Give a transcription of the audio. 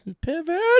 Pivot